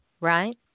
right